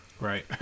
right